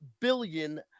billion